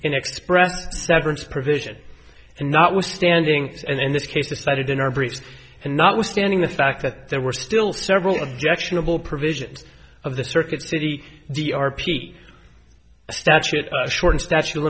in expressed severance provision and notwithstanding and in this case decided in our briefs and notwithstanding the fact that there were still several objectionable provisions of the circuit city d r p statute shorten statute of